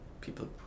People